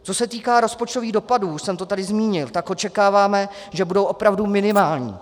Co se týká rozpočtových dopadů, už jsem to tady zmínil, očekáváme, že budou opravdu minimální.